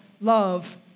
love